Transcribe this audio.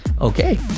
Okay